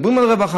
מדברים על רווחה,